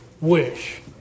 wish